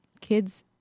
kids